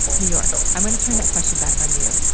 new york, i'm gonna turn that question back on you.